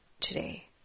today